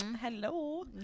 hello